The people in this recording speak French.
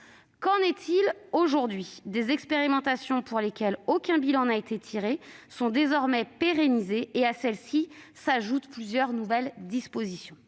Qu'en est-il aujourd'hui ? Des expérimentations dont aucun bilan n'a été effectué sont désormais pérennisées, et à celles-ci s'ajoutent plusieurs nouvelles dispositions.